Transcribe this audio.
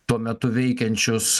tuo metu veikiančius